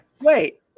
Wait